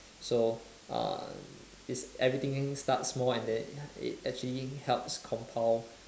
so uh it's everything starts small and then it actually helps compound